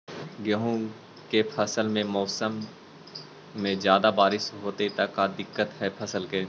गेहुआ के फसल के मौसम में ज्यादा बारिश होतई त का दिक्कत हैं फसल के?